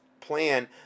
plan